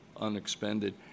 unexpended